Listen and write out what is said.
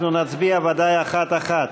אנחנו נצביע ודאי אחת-אחת: